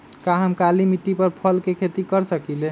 का हम काली मिट्टी पर फल के खेती कर सकिले?